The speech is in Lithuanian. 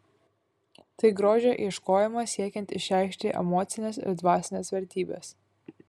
tai grožio ieškojimas siekiant išreikšti emocines ir dvasines vertybes